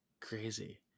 crazy